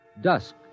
Dusk